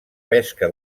pesca